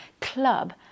club